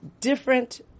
different